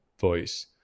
voice